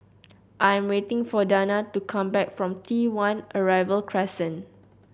I am waiting for Danna to come back from T One Arrival Crescent